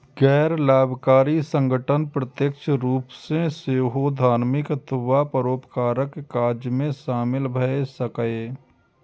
गैर लाभकारी संगठन प्रत्यक्ष रूप सं सेहो धार्मिक अथवा परोपकारक काज मे शामिल भए सकैए